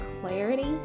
clarity